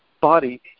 body